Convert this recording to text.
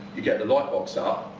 you get the light box up.